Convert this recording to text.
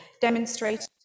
demonstrated